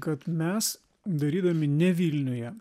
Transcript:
kad mes darydami ne vilniuje